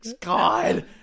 God